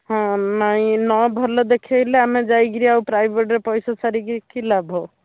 ହଁ ନାଇଁ ନ ଭଲ ଦେଖେଇଲେ ଆମେ ଯାଇକରି ଆଉ ପ୍ରାଇଭେଟ୍ରେ ପଇସା ସାରିକି କି ଲାଭ